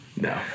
No